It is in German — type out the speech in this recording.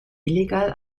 illegal